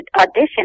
audition